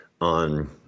on